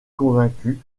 convaincu